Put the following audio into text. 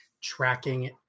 tracking